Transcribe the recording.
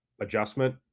adjustment